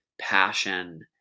passion